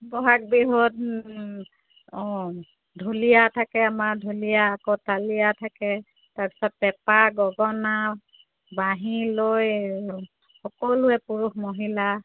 বহাগ বিহুত অঁ ঢুলীয়া থাকে আমাৰ ঢুলীয়া আকৌ তালীয়া থাকে তাৰপিছত পেপা গগনা বাঁহী লৈ সকলোৱে পুৰুষ মহিলা